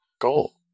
goal